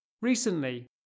Recently